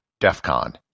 DEFCON